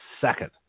second